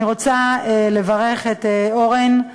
אני רוצה לברך את אורן,